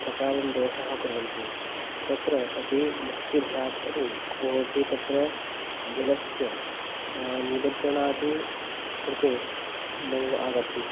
प्रकारेण दोषं कुर्वन्ति तत्र अपि मृत्युभयात् अपि कोपि तत्र जलस्य निमज्जनादि कृते नैव आगच्छति